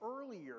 earlier